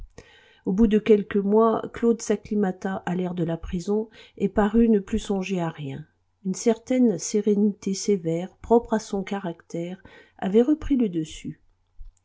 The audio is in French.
au bout de quelques mois claude s'acclimata à l'air de la prison et parut ne plus songer à rien une certaine sérénité sévère propre à son caractère avait repris le dessus